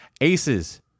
Aces